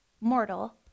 mortal